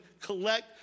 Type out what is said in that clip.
collect